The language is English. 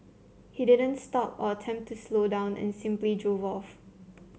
he didn't stop or attempt to slow down and simply drove off